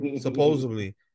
supposedly